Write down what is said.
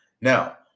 Now